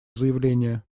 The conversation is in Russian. заявление